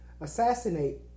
assassinate